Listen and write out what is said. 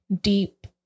deep